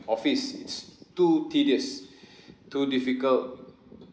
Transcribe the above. office it's too tedious too difficult